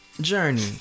Journey